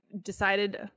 decided